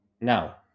Now